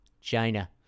China